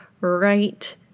right